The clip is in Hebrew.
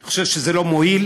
אני חושב שזה לא מועיל,